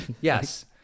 Yes